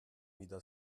wieder